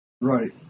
Right